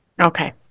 Okay